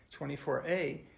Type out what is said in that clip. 24a